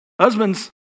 Husbands